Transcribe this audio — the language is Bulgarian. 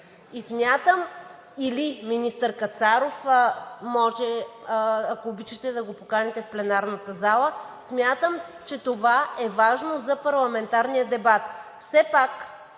думата или министър Кацаров – ако обичате да го поканите в пленарната зала, смятам, че това е важно за парламентарния дебат.